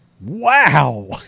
Wow